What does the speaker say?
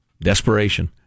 Desperation